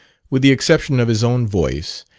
with the exception of his own voice,